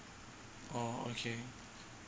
oh okay